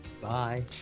Bye